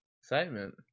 excitement